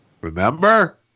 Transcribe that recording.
Remember